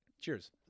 Cheers